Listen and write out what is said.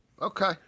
Okay